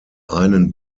einen